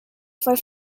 for